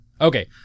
Okay